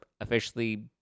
officially